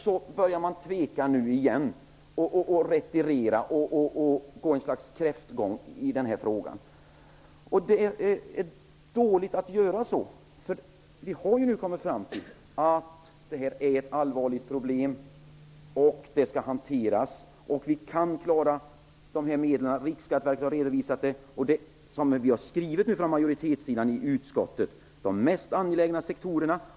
Nu börjar regeringen tveka igen, retirera och gå ett slags kräftgång i denna fråga. Det är dåligt att göra så. Vi har nu kommit fram till att det handlar om ett allvarligt problem som skall hanteras. Riksskatteverket har redovisat att man klarar att hantera dessa medel. Som vi har skrivit från majoritetens sida i utskottet gäller det de mest angelägna sektorerna.